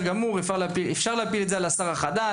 אפשר להפיל את זה על השר החדש,